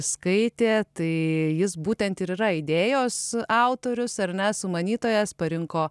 skaitė tai jis būtent ir yra idėjos autorius ar ne sumanytojas parinko